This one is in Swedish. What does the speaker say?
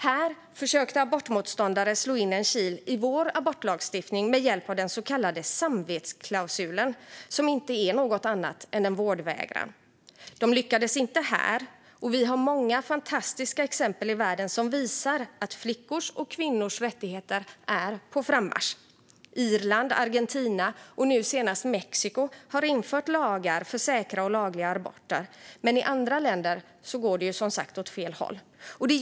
Här försökte abortmotståndare slå in en kil i vår abortlagstiftning med hjälp av den så kallade samvetsklausulen, som inte är något annat än en vårdvägran. Här lyckades de inte, och vi har många fantastiska exempel i världen som visar att flickors och kvinnors rättigheter är på frammarsch. Irland, Argentina och nu senast Mexiko har infört lagar för säkra och lagliga aborter. Men i andra länder går det som sagt åt helt fel håll.